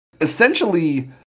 essentially